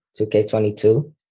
2K22